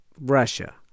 Russia